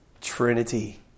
Trinity